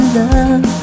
love